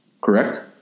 correct